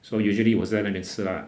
so usually 我是在那边吃 lah